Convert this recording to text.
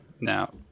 Now